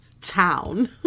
town